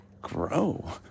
grow